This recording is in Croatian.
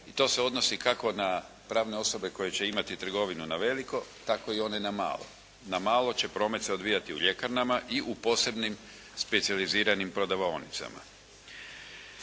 i to se odnosi, kako na pravne osobe koje će imati trgovinu na veliko, tako i one na malo. Na malo će promet se odvijati u ljekarnama i u posebnim specijaliziranim prodavaonicama.